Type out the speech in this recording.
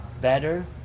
better